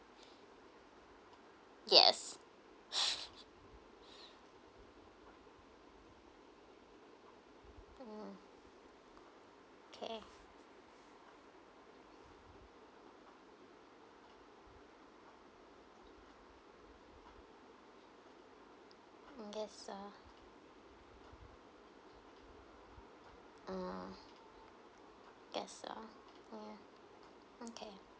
yes mm okay I guess so mm I guess so yeah okay